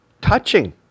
touching